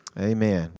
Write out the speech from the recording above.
Amen